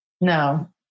No